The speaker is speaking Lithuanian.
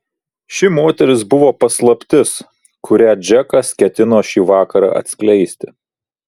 ši moteris buvo paslaptis kurią džekas ketino šį vakarą atskleisti